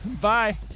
Bye